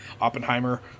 Oppenheimer